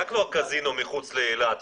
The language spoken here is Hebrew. היה כבר קזינו מחוץ לאילת,